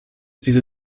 diese